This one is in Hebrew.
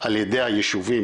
על ידי הישובים,